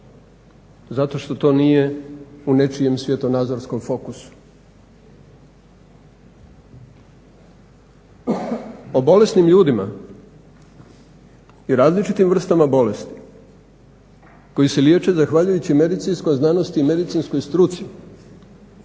Zato što to nije u nečijem svjetonazorskom fokusu. O bolesnim ljudima i različitim vrstama bolesti koji se liječe zahvaljujući medicinskoj znanosti i medicinskoj struci